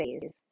days